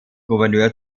gouverneur